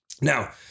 now